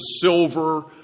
silver